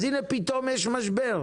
אז הנה פתאום יש משבר,